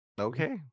Okay